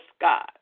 God